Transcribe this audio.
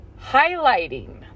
highlighting